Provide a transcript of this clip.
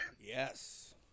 Yes